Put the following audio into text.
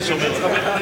אני שומר לך.